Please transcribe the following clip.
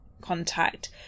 contact